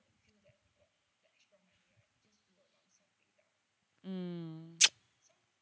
mm